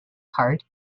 hart